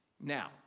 Now